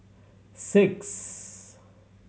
six